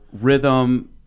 rhythm